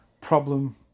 problem